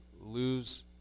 lose